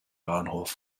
bauernhof